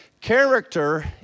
Character